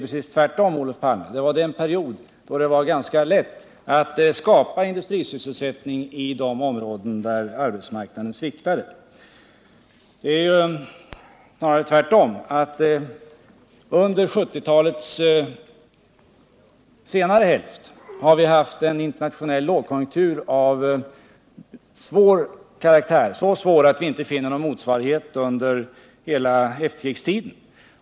Då var det ganska lätt att skapa irdustrisysselsättning i de områden där arbetsmarknaden sviktade. Nu är det snarare tvärtom. Under 1970-talets senare hälft har vi haft en internationell lågkonjunktur av svår karaktär, så svår att vi inte finner någon motsvarighet under hela efterkrigstiden.